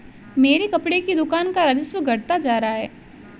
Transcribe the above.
मेरी कपड़े की दुकान का राजस्व घटता जा रहा है